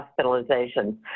hospitalizations